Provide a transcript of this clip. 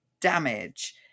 damage